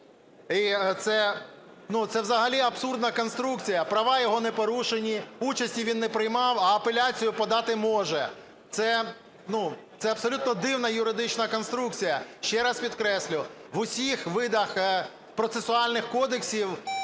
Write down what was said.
Це взагалі абсурдна конструкція, права його не порушені, участі він не приймав, а апеляцію подати може. Це абсолютно дивна юридична конструкція. Ще раз підкреслю, в усіх видах процесуальних кодексів